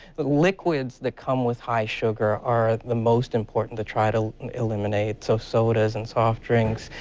but liquids that come with high sugar are the most important to try to eliminate, so sodas and soft drink,